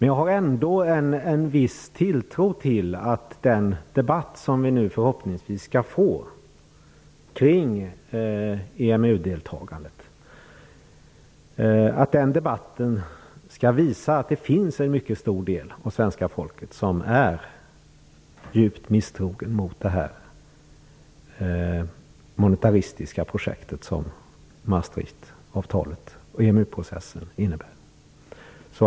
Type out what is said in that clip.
Jag har ändå en viss tilltro till att den debatt som vi förhoppningsvis får kring EMU deltagandet skall visa att en mycket stor del av svenska folket är djupt misstrogen mot det monetaristiska projekt som Maastrichtavtalet och EMU-processen innebär.